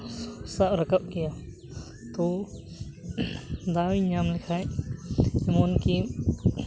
ᱥᱟᱵ ᱨᱟᱠᱟᱵ ᱠᱮᱭᱟ ᱛᱳ ᱫᱟᱣᱤᱧ ᱧᱟᱢ ᱞᱮᱠᱷᱟᱡ ᱮᱢᱚᱱᱠᱤ